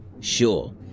Sure